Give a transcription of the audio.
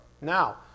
Now